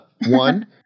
One